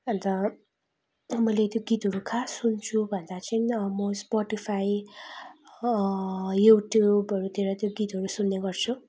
अन्त मैले त्यो गीतहरू कहाँ सुन्छु भन्दा चाहिँ म स्पटिफाई युट्युबहरूतिर त्यो गीतहरू सुन्ने गर्छु